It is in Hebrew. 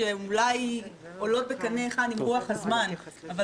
שאולי עולות בקנה אחד עם רוח הזמן אבל